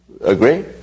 Agree